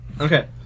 Okay